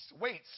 Weights